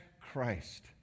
christ